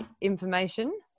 information